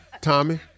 Tommy